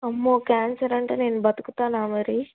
అమ్మో క్యాన్సర్ అంటే నేను బతుకుతానా మరి